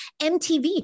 MTV